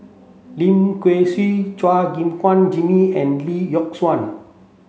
Lim Kay Siu Chua Gim Guan Jimmy and Lee Yock Suan